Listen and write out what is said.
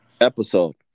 episode